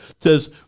says